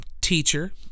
teacher